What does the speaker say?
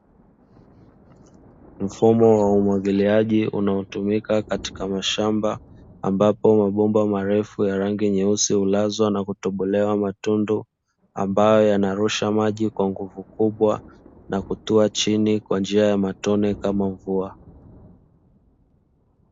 Mfumo wa umwagiliaji unaotumika katika mashamba ambapo mabomba marefu ya rangi nyeusi, hulazwa na kutobolewa matundu ambayo yanarusha maji kwa nguvu kubwa, na kutua chini kwa njia ya matone kama mvua.